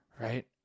right